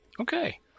Okay